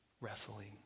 wrestling